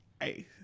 hey